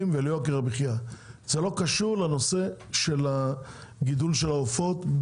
וליוקר המחיה; הוא לא קשור לנושא גידול העופות.